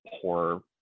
poor